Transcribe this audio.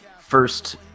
first